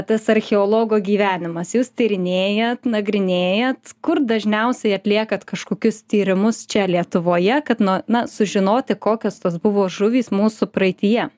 tas archeologo gyvenimas jūs tyrinėjat nagrinėjat kur dažniausiai atliekat kažkokius tyrimus čia lietuvoje kad na na sužinoti kokios tos buvo žuvys mūsų praeityje